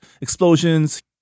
explosions